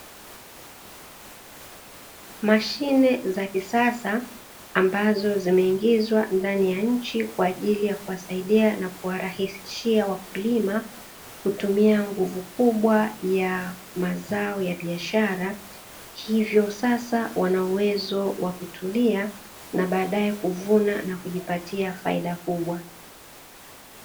Mashine za kisasa ambazo zimeingizwa ndani ya nchi kwa ajili ya kuwasaidia na kuwarahisishia wakulima, kutumia nguvu kubwa ya mazao ya biashara, hivyo sasa wana uwezo wa kutulia na baadaye kuvuna na kujipatia faida kubwa.